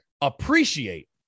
appreciate